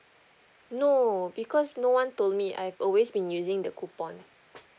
no because no one told me I've always been using the coupon